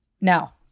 now